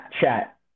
chat